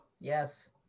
yes